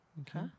Okay